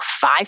five